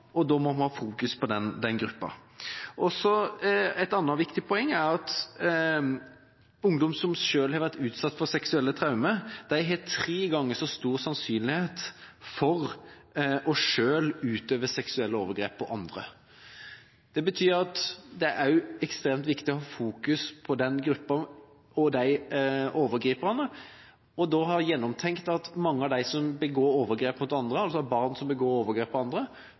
og da må vi fokusere på den gruppa. Et annet viktig poeng er at ungdom som selv har vært utsatt for seksuelle traumer, har tre ganger så stor sannsynlighet for selv å utøve seksuelle overgrep på andre. Det betyr at det også er ekstremt viktig å fokusere på den gruppa og de overgriperne, og å ha tenkt gjennom at mange av dem som begår overgrep mot andre, altså barn som begår overgrep mot andre,